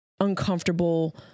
uncomfortable